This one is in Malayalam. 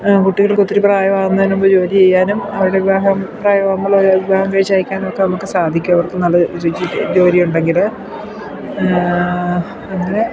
കുട്ടികൾക്ക് ഒത്തിരി പ്രായമാകുന്നതിന് ന് മുമ്പ് ജോലി ചെയ്യാനും അവരുടെ വിവാഹം പ്രായം ആവുമ്പോൾ അവരെ വിവാഹം കഴിച്ചു അയക്കാനും ഒക്കെ നമുക്ക് സാധിക്കും അവർക്ക് നല്ല ജോലി ഉണ്ടെങ്കിൽ അങ്ങനെ